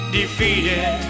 defeated